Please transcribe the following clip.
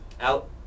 Out